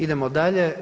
Idemo dalje.